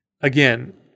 Again